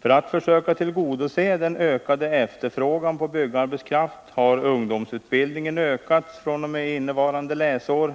För att försöka tillgodose den ökade efterfrågan på byggarbetskraft har ungdomsutbildningen ökats fr.o.m. innevarande läsår.